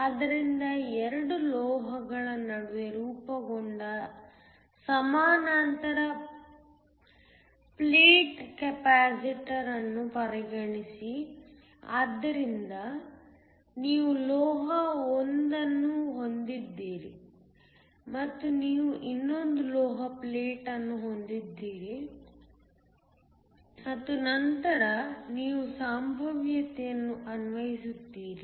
ಆದ್ದರಿಂದ 2 ಲೋಹಗಳ ನಡುವೆ ರೂಪುಗೊಂಡ ಸಮಾನಾಂತರ ಪ್ಲೇಟ್ ಕೆಪಾಸಿಟರ್ ಅನ್ನು ಪರಿಗಣಿಸಿ ಆದ್ದರಿಂದ ನೀವು ಲೋಹ 1 ಅನ್ನು ಹೊಂದಿದ್ದೀರಿ ಮತ್ತು ನೀವು ಇನ್ನೊಂದು ಲೋಹದ ಪ್ಲೇಟ್ ಅನ್ನು ಹೊಂದಿದ್ದೀರಿ ಮತ್ತು ನಂತರ ನೀವು ಸಂಭಾವ್ಯತೆಯನ್ನು ಅನ್ವಯಿಸುತ್ತೀರಿ